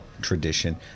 tradition